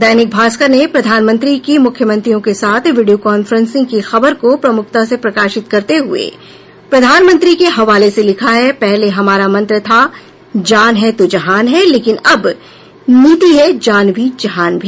दैनिक भास्कर ने प्रधानमंत्री की मुख्यमंत्रियों के साथ वीडियो कांफ्रेंसिंग की खबर को प्रमुखता से प्रकाशित करते हुये प्रधानमंत्री के हवाले से लिखा है पहले हमारा मंत्र था जान है तो जहान हैं लेकिन अब नीति है जान भी जहान भी